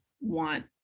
want